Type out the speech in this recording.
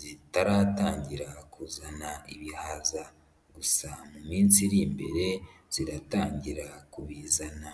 zitaratangira kuzana ibihaza. Gusa mu minsi iri imbere ziratangira kubizana.